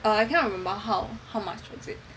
I can't remember how how much was it